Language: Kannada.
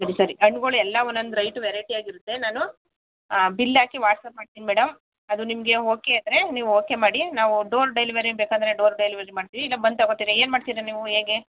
ಸರಿ ಸರಿ ಹಣ್ಗಳ್ ಎಲ್ಲ ಒಂದೊಂದು ರೈಟ್ ವೆರೈಟಿ ಆಗಿರುತ್ತೆ ನಾನು ಬಿಲ್ ಹಾಕಿ ವಾಟ್ಸಪ್ ಮಾಡ್ತೀನಿ ಮೇಡಮ್ ಅದು ನಿಮಗೆ ಓಕೆ ಆದರೆ ನೀವು ಓಕೆ ಮಾಡಿ ನಾವು ಡೋರ್ ಡೆಲ್ವರಿ ಬೇಕಾದರೆ ಡೋರ್ ಡೆಲ್ವರಿ ಮಾಡ್ತೀವಿ ಇಲ್ಲ ಬಂದು ತಗೋತೀರ ಏನು ಮಾಡ್ತೀರಿ ನೀವು ಹೇಗೆ